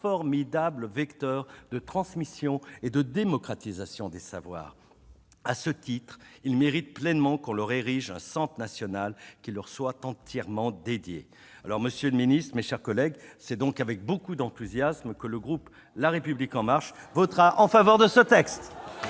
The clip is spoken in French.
formidable vecteur de transmission et de démocratisation des savoirs. À ce titre, elles méritent pleinement que l'on crée un centre national qui leur soit entièrement dédié. Monsieur le ministre, mes chers collègues, c'est donc avec beaucoup d'enthousiasme que le groupe La République En Marche votera en faveur de l'adoption